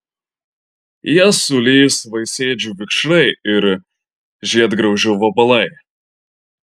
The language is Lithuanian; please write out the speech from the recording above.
į jas sulįs vaisėdžių vikšrai ir žiedgraužio vabalai